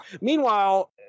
Meanwhile